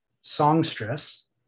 songstress